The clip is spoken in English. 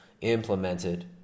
implemented